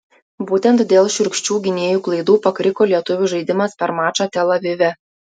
būtent dėl šiurkščių gynėjų klaidų pakriko lietuvių žaidimas per mačą tel avive